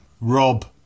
rob